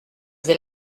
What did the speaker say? vais